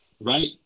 right